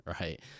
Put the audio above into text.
right